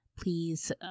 Please